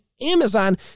Amazon